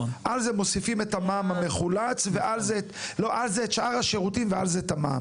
על זה מוסיפים את שאר השירותים ועל זה את המע"מ.